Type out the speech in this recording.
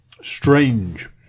strange